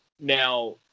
Now